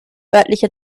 örtliche